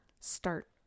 Start